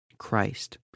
Christ